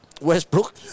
Westbrook